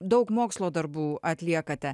daug mokslo darbų atliekate